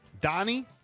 Donnie